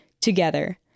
together